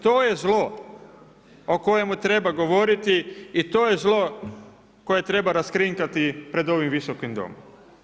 To je zlo o kojemu treba govoriti i to je zlo koje treba raskrinkati pred ovim Visokim domom.